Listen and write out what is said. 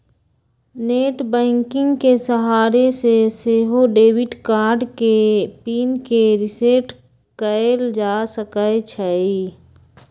net banking के सहारे से सेहो डेबिट कार्ड के पिन के रिसेट कएल जा सकै छइ